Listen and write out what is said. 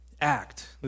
act